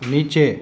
નીચે